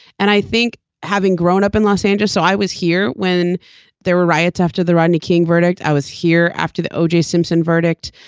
and i think having grown up in los angeles so i was here when there were riots after the rodney king verdict. i was here after the oj simpson verdict.